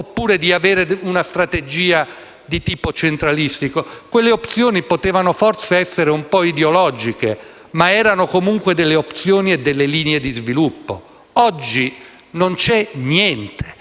oppure di avere una strategia di tipo centralistico. Quelle opzioni potevano forse essere un po' ideologiche, ma erano opzioni e linee di sviluppo; oggi non c'è niente.